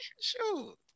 Shoot